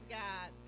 god